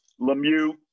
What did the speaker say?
Lemieux